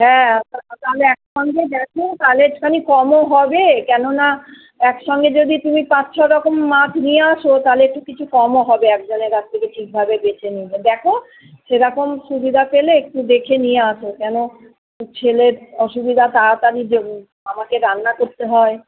হ্যাঁ তাহলে একসঙ্গে গেছ তাহলে একটুখানি কমও হবে কেননা একসঙ্গে যদি তুমি পাঁচ ছ রকম মাছ নিয়ে আসো তাহলে একটু কিছু কমও হবে একজনের কাছ থেকে ঠিকভাবে দেখে নিলে দেখো সেরকম সুবিধা পেলে একটু দেখে নিয়ে আসো কেন ছেলের অসুবিধা তাড়াতাড়ি আমাকে রান্না করতে হয়